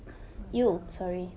!aiyo!